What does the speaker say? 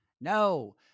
No